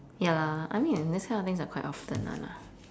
ya lah I mean in this kind of things are quite often [one] lah